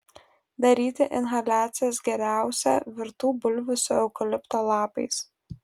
daryti inhaliacijas geriausia virtų bulvių su eukalipto lapais